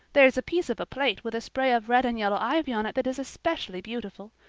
there's a piece of a plate with a spray of red and yellow ivy on it that is especially beautiful.